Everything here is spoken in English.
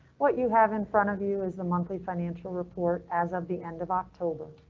what you have in front of you is the monthly financial report. as of the end of october.